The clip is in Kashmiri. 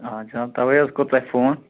آ جِناب تَوے حظ کوٚر تۅہہِ فون